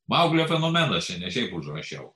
mauglio fenomenas čia ne šiaip užrašiau